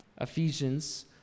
Ephesians